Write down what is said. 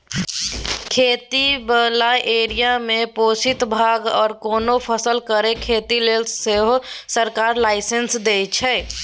खेती बला एरिया मे पोस्ता, भांग आर कोनो फसल केर खेती लेले सेहो सरकार लाइसेंस दइ छै